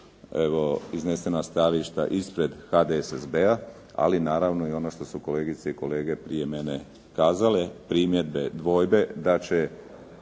iznesena stajališta ispred HDSSB-a ali naravno i ono što su kolegice i kolege prije mene kazale, primjedbe, dvojbe da će